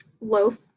loaf